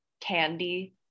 candy